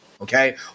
Okay